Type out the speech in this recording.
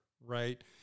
right